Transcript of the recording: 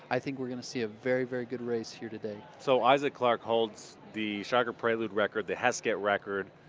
i think we're going to see a very, very good race here today. will so isaac clark holds the shocker prelude record, the heskett record,